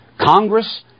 Congress